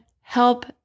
help